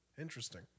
Interesting